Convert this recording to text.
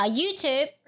YouTube